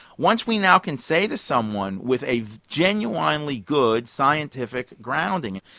once we now can say to someone with a genuinely good scientific grounding,